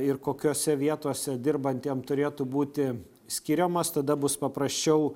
ir kokiose vietose dirbantiem turėtų būti skiriamos tada bus paprasčiau